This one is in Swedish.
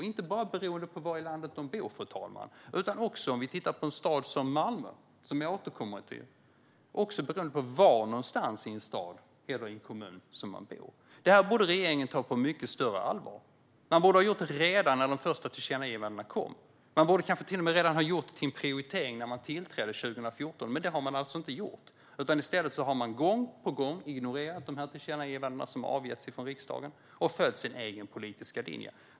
Och det beror inte bara på var i landet de bor, fru talman, utan det beror också på var någonstans i en stad - jag återkommer senare till Malmö - eller kommun som man bor. Detta borde regeringen ta på mycket större allvar, redan när de första tillkännagivandena kom. Regeringen borde kanske till och med ha haft det som prioritering redan när man tillträdde 2014. Men det har man alltså inte gjort. I stället har man gång på gång ignorerat de tillkännagivanden som riksdagen har avgett och följt sin egen politiska vilja.